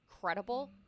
credible